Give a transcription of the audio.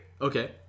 Okay